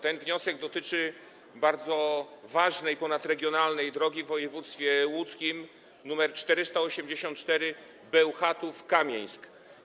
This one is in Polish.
Ten wniosek dotyczy bardzo ważnej, ponadregionalnej drogi w województwie łódzkim, drogi nr 484, Bełchatów - Kamieńsk.